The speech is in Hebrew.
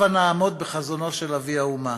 הבה נעמוד בחזונו של אבי האומה,